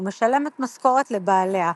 ומשלמת משכורת לבעליה,